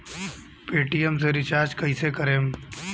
Paytm से recharge कईसे करम?